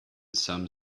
some